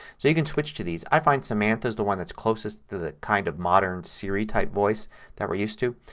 so you can switch to these. i find samantha is the one that's closest to the kind of modern siri type voice that we're used to.